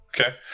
okay